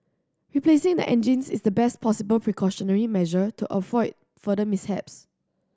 replacing the engines is the best possible precautionary measure to avoid further mishaps